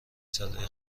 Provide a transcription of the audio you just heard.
ساله